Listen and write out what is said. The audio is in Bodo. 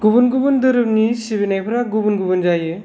गुबुन गुबुन धोरोमनि सिबिनायफोरा गुबुन गुबुन जायो